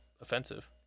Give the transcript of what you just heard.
offensive